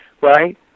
right